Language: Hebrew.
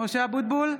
משה אבוטבול,